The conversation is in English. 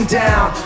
down